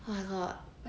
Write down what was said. oh my god